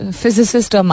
physicist